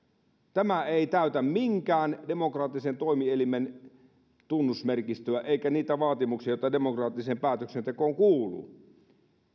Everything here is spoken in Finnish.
tämä ei täytä minkään demokraattisen toimielimen tunnusmerkistöä eikä niitä vaatimuksia joita demokraattiseen päätöksentekoon kuuluu